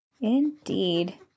Indeed